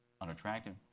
unattractive